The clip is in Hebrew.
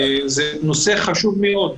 זה נושא חשוב מאוד.